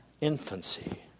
infancy